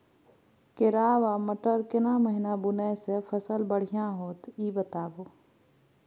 केराव आ मटर केना महिना बुनय से फसल बढ़िया होत ई बताबू?